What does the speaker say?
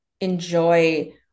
enjoy